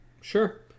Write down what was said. Sure